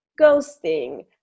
ghosting